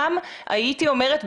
גם הייתי אומרת,